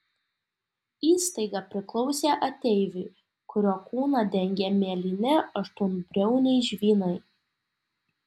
įstaiga priklausė ateiviui kurio kūną dengė mėlyni aštuonbriauniai žvynai